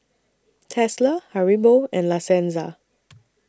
Tesla Haribo and La Senza